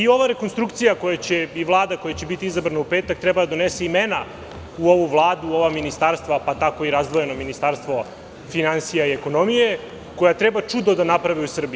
Ova rekonstrukcija i Vlada koja će biti izabrana u petak treba da donesu imena u ovu vladu, ova ministarstva, pa tako i razdvojeno Ministarstvo finansija i ekonomije, koje treba čudo da napravi u Srbiji.